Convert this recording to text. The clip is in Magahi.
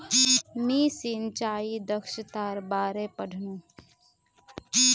मी सिंचाई दक्षतार बारे पढ़नु